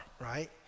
right